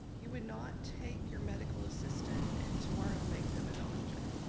you would not take your medical assistant and tomorrow make them a doctor.